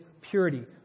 purity